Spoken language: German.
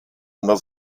einer